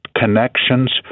connections